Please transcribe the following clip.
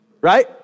right